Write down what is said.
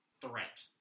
threat